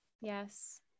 yes